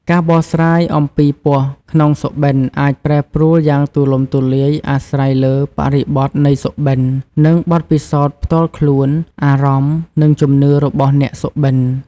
ការបកស្រាយអំពីពស់ក្នុងសុបិនអាច ប្រែប្រួលយ៉ាងទូលំទូលាយអាស្រ័យលើបរិបទនៃសុបិន និងបទពិសោធន៍ផ្ទាល់ខ្លួន អារម្មណ៍ និងជំនឿរបស់អ្នកសុបិន។